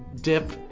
dip